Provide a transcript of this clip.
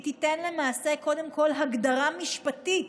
היא תיתן למעשה קודם כול הגדרה משפטית,